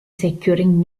securing